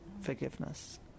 forgiveness